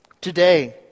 today